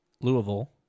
Louisville